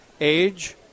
age